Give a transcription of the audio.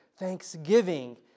thanksgiving